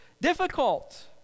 difficult